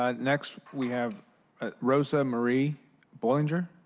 um next we have rosa marie bullinger.